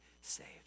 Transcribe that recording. saved